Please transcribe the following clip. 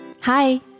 Hi